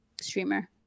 streamer